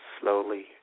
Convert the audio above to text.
slowly